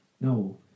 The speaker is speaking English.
No